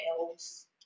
else